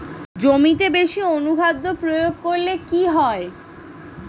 জমিতে বেশি অনুখাদ্য প্রয়োগ করলে কি হয়?